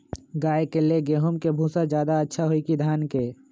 गाय के ले गेंहू के भूसा ज्यादा अच्छा होई की धान के?